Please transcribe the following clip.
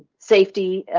safety,